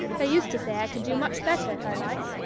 they used to say i could do much better if i liked,